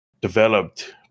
developed